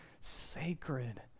sacred